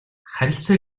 харилцаа